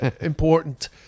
important